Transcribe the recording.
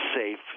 safe